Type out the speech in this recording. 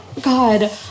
God